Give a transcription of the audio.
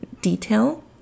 detail